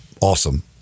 awesome